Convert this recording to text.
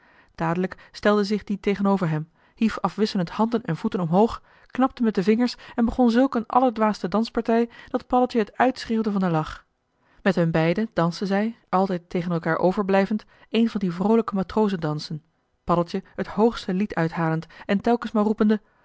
dadelijk stelde zich die tegenover hem hief afwisselend handen en voeten omhoog knapte met de vingers en begon zulk een allerdwaaste danspartij dat paddeltje het uitschreeuwde van den lach met hun beiden dansten zij altijd tegen elkaar over blijvend een van die vroolijke matrozendansen paddeltje het hoogste lied uithalend en telkens maar roepende